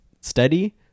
steady